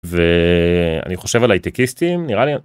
ואני חושב על הייטקיסטים, נראה לי ה